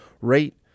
rate